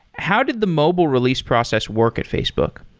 how did the mobile release process work at facebook?